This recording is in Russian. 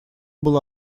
был